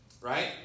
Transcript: right